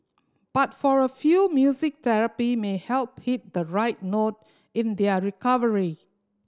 but for a few music therapy may help hit the right note in their recovery